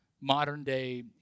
modern-day